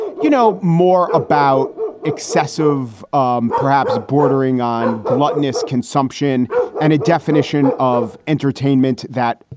you know, more about excessive, um perhaps bordering on gluttonous consumption and a definition of entertainment that,